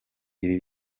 ibi